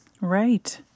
right